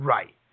Right